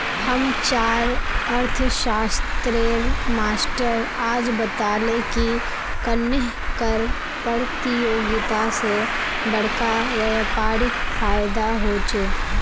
हम्चार अर्थ्शाश्त्रेर मास्टर आज बताले की कन्नेह कर परतियोगिता से बड़का व्यापारीक फायेदा होचे